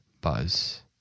buzz